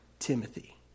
Timothy